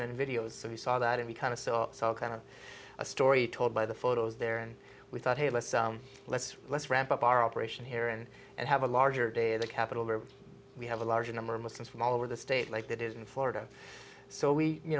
and videos so we saw that and we kind of saw kind of a story told by the photos there and we thought hey let's let's let's ramp up our operation here and and have a larger day the capital where we have a large number of muslims from all over the state like that is in florida so we you